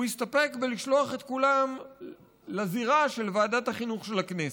הוא הסתפק בלשלוח את כולם לזירה של ועדת החינוך של הכנסת,